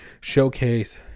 showcase